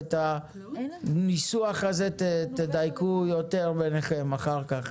את הניסוח הזה תדייקו יותר ביניכם אחר כך.